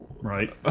Right